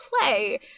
play